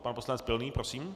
Pan poslanec Pilný, prosím.